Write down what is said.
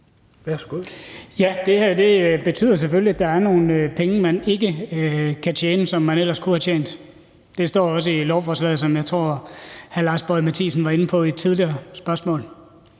Ja, det her betyder jo selvfølgelig, at der er nogle penge, man ikke kan tjene, som man ellers kunne have tjent. Det står også i lovforslaget, som jeg tror at hr. Lars Boje Mathiesen var inde på i et tidligere spørgsmål.